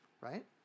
right